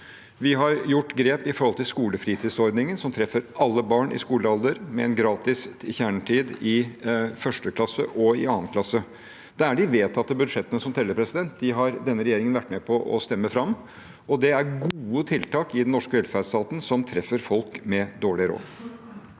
Vi har gjort grep i skolefritidsordningen, som treffer alle barn i skolealder, med gratis kjernetid i 1. klasse og 2. klasse. Det er de vedtatte budsjettene som teller. Dem har denne regjeringens partier vært med på å stemme fram. Det er gode tiltak i den norske velferdsstaten som treffer folk med dårlig råd.